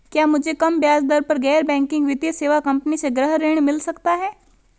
क्या मुझे कम ब्याज दर पर गैर बैंकिंग वित्तीय सेवा कंपनी से गृह ऋण मिल सकता है?